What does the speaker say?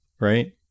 right